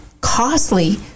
costly